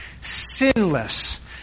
sinless